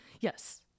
Yes